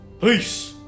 Peace